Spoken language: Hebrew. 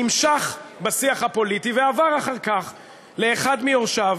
נמשך בשיח הפוליטי, ועבר אחר כך לאחד מיורשיו,